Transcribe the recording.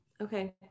Okay